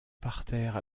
parterres